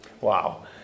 Wow